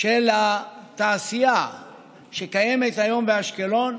של התעשייה שקיימת היום באשקלון,